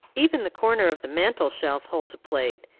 even the corner of the mantel-shelf holds a plate,